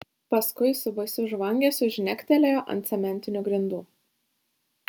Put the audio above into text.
paskui su baisiu žvangesiu žnektelėjo ant cementinių grindų